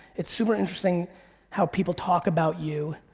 it's super interesting how people talk about you